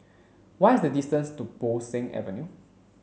why is the distance to Bo Seng Avenue